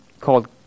called